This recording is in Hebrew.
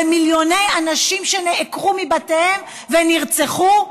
במיליוני אנשים שנעקרו מבתיהם ונרצחו?